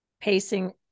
pacing